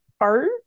art